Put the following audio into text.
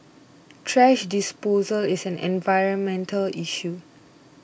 thrash disposal is an environmental issue